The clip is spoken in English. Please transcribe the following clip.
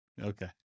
Okay